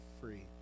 free